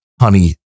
honey